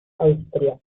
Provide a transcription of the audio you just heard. austria